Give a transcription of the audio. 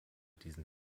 diesen